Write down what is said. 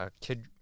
kid